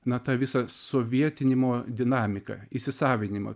na tą visą sovietinimo dinamiką įsisavinimą